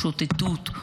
שוטטות,